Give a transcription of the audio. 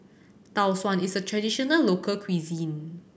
Tau Suan is a traditional local cuisine